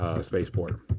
spaceport